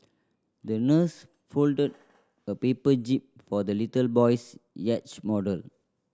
the nurse folded a paper jib for the little boy's yacht model